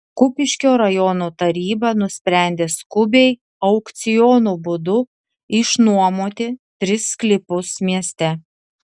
kupiškio rajono taryba nusprendė skubiai aukciono būdu išnuomoti tris sklypus mieste